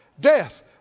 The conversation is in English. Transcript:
death